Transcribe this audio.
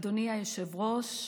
אדוני היושב-ראש,